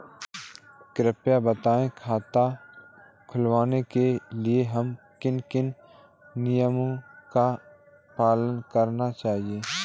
कृपया बताएँ खाता खुलवाने के लिए हमें किन किन नियमों का पालन करना चाहिए?